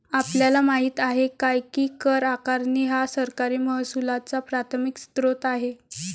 आपल्याला माहित आहे काय की कर आकारणी हा सरकारी महसुलाचा प्राथमिक स्त्रोत आहे